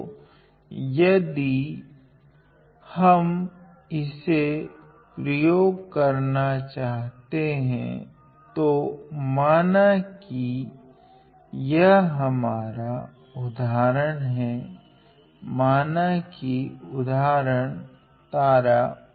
तो यदि हम इसे प्रयोग करना चाहते हैं तो माना कि यह हमारा उदाहरण है माना कि उदाहरण तारा